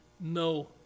no